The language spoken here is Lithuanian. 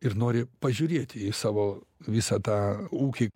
ir nori pažiūrėt į savo visą tą ūkį